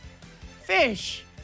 Fish